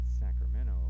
Sacramento